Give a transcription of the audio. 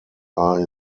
are